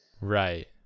right